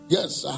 Yes